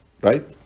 right